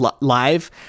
live